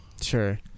Sure